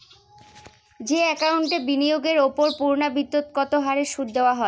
যে একাউন্টে বিনিয়োগের ওপর পূর্ণ্যাবৃত্তৎকত হারে সুদ দেওয়া হয়